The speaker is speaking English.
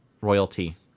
royalty